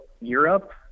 Europe